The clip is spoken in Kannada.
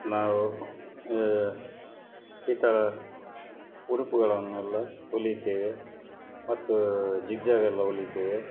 ನಾವು ಈ ಥರ ಉಡುಪುಗಳನ್ನೆಲ್ಲ ಹೊಲಿಯುತ್ತೇವೆ ಮತ್ತು ಜಿಗ್ಜ್ಯಾಗೆಲ್ಲ ಹೊಲಿತೇವೆ